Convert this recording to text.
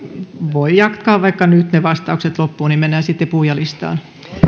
voi jatkaa vaikka nyt vastaukset loppuun niin mennään sitten puhujalistaan